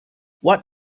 what